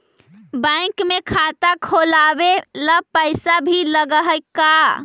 Bank में खाता खोलाबे ल पैसा भी लग है का?